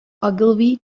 ogilvy